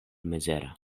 mizera